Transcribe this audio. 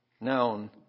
known